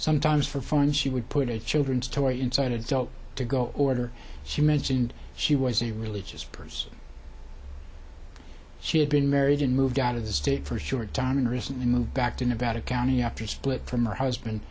sometimes for fun she would put a children's toy inside adult to go order she mentioned she was a religious person she had been married and moved out of the state for sure don and recently moved back to nevada county after split from her husband